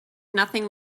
nothing